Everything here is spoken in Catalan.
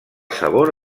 sabor